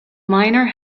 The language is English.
miner